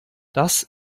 das